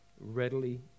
readily